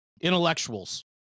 Intellectuals